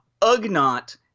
ugnot